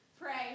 Pray